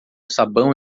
sabão